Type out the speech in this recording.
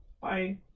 bye